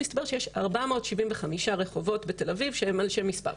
מסתבר שיש 475 רחובות בתל-אביב שהם על שם מספר.